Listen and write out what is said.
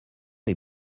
est